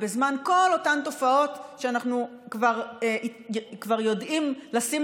כל אותן תופעות שאנחנו כבר יודעים לשים